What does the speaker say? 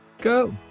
go